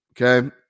Okay